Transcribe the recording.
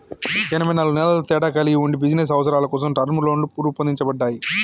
ఎనబై నాలుగు నెలల తేడా కలిగి ఉండి బిజినస్ అవసరాల కోసం టర్మ్ లోన్లు రూపొందించబడ్డాయి